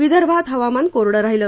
विदर्भात हवामान कोरडं राहिलं